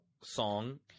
song